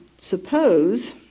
suppose